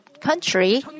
country